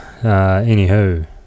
Anywho